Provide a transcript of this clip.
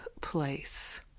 place